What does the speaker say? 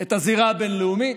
את הזירה הבין-לאומית,